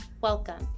Welcome